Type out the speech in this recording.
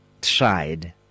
tried